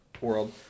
world